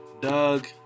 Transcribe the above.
Doug